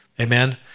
Amen